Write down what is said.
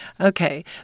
Okay